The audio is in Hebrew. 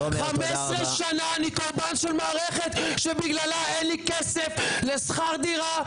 15 שנה אני קורבן של מערכת שבגללה אין לי כסף לשכר דירה,